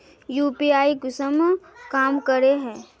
UPI कुंसम काम करे है?